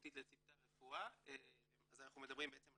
תרבותית לצוותי הרפואה, אנחנו מדברים על